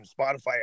Spotify